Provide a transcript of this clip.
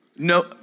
No